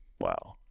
Wow